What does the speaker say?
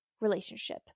relationship